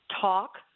talk